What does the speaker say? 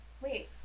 Wait